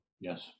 Yes